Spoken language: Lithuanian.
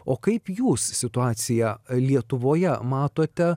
o kaip jūs situaciją lietuvoje matote